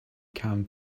calmed